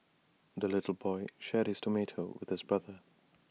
the little boy shared his tomato with his brother